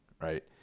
right